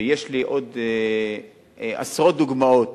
ויש לי עוד עשרות דוגמאות